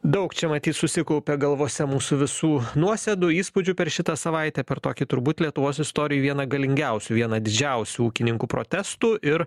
daug čia matyt susikaupia galvose mūsų visų nuosėdų įspūdžių per šitą savaitę per tokį turbūt lietuvos istorijai vieną galingiausių vieną didžiausių ūkininkų protestų ir